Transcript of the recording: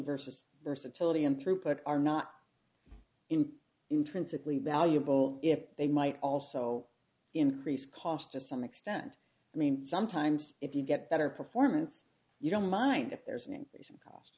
versus versatility and throughput are not intrinsically valuable if they might also increase cost to some extent i mean sometimes if you get better performance you don't mind if there's an increase in